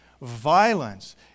Violence